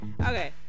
okay